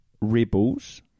Rebels